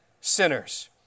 sinners